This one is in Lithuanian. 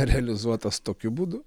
realizuotas tokiu būdu